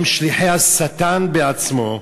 הם שליחי השטן בעצמו?